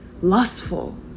lustful